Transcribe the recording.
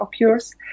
occurs